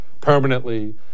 permanently